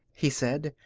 he said.